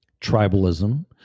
Tribalism